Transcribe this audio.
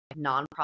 nonprofit